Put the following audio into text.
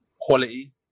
quality